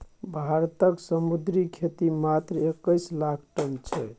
भारतक समुद्री खेती मात्र एक्कैस लाख टन छै